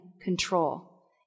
control